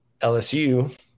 LSU